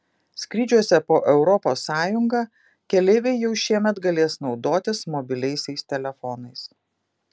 skrydžiuose po europos sąjungą keleiviai jau šiemet galės naudotis mobiliaisiais telefonais